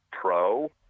Pro